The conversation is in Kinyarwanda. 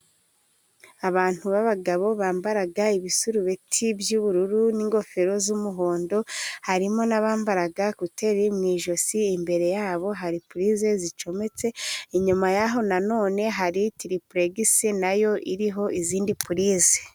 Abantu ba bagabo bambara ibisurubeti by'ubururu n'ingofero z'umuhondo harimo n'abambara kuteri mu ijosi, imbere yabo hari purize zicometse inyuma yaho nanone hari tiripuregisi nayo iriho izindi purize.